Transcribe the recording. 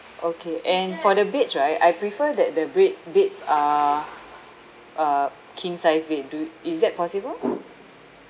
okay and for the beds right I prefer that the bed beds are uh king sized bed do is that possible